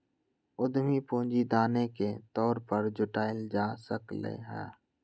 उधमी पूंजी दानो के तौर पर जुटाएल जा सकलई ह